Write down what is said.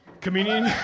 Comedian